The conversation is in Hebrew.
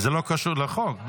זה לא קשור לחוק.